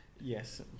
yes